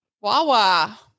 Wawa